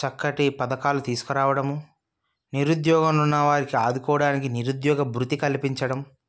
చక్కటి పథకాలు తీసుకరావడము నిరుద్యోగంలో ఉన్నవారికి ఆదుకోవడానికి నిరుద్యోగ భృతి కల్పించడం